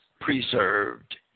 preserved